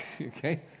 okay